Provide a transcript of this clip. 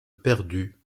perdue